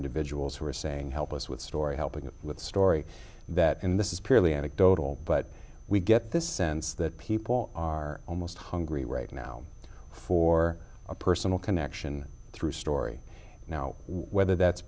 individuals who are saying help us with story helping with story that in this is purely anecdotal but we get this sense that people are almost hungry right now for a personal connection through story now whether that's